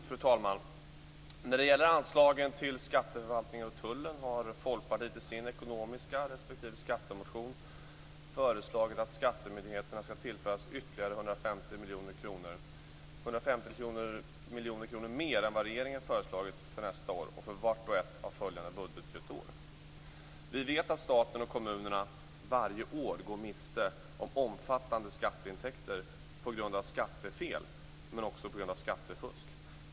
Fru talman! När det gäller anslagen till skatteförvaltningen och tullen har Folkpartiet i sin ekonomiska motion respektive skattemotionen föreslagit att skattemyndigheterna skall tillföras 150 miljoner kronor mer än regeringen har föreslagit för nästa år och för vart och ett av följande budgetår. Vi vet att staten och kommunerna varje år går miste om omfattande skatteintäkter på grund av skattefel, men också på grund av skattefusk.